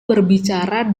berbicara